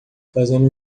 fazendo